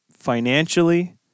financially